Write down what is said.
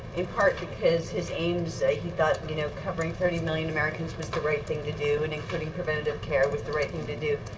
in part because his aims he thought you know covering thirty million americans was the right thing to do, and including preventative care was the right thing to do.